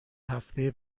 هفته